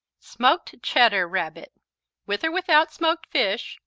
smoked cheddar rabbit with or without smoked fish,